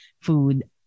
food